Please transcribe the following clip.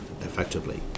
effectively